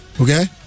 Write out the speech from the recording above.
Okay